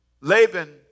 Laban